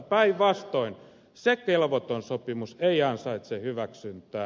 päinvastoin se kelvoton sopimus ei ansaitse hyväksyntää